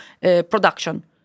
production